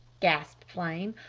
gasped flame.